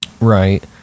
Right